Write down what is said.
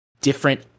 different